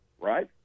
right